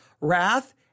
wrath